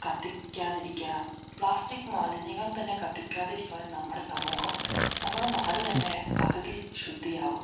കത്തിക്കാതിരിക്കാം plastic മാലിന്യങ്ങൾ തന്നെ കത്തിക്കാതിരിക്കുവാണേൽ നമ്മുടെ സമൂഹം നമ്മുടെ നാട് തന്നെ പകുതി ശുദ്ധിയാവും